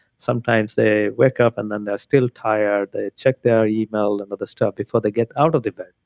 sometimes they wake up and then they're still tired. they check their email and other stuff before they get out of their bed,